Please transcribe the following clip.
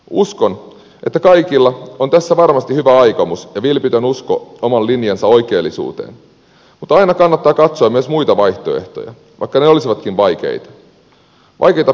uskon että kaikilla on tässä varmasti hyvä aikomus ja vilpitön usko oman linjansa oikeellisuuteen mutta aina kannattaa katsoa myös muita vaihtoehtoja vaikka ne olisivatkin vaikeita